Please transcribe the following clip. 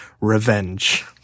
Revenge